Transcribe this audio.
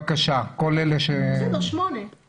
לבי עם כולם, לא רק בשלושת הימים האלה.